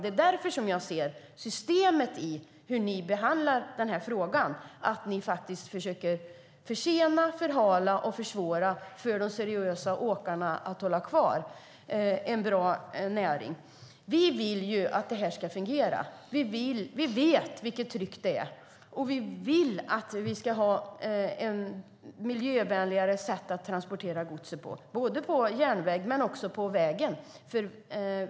Jag ser därför systemet i hur ni behandlar denna fråga. Ni försöker försena, förhala och försvåra för de seriösa åkarna när det gäller att hålla kvar en bra näring. Vi vill att det här ska fungera, vi vet vilket tryck det är och vi vill att vi ska ha ett miljövänligare sätt att transportera godset på, både på järnvägen och på vägen.